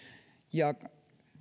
ja